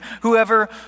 Whoever